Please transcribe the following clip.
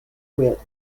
width